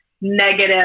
negative